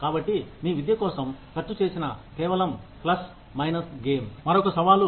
కాబట్టి మీ విద్య కోసం ఖర్చు చేసిన మొత్తాన్ని మీరు చేసే మంచి పని ద్వారా లాభాల రూపంలో డబ్బును భర్తీ చేస్తారు